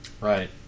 Right